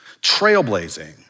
trailblazing